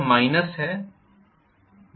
तो यह माइनस है